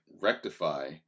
rectify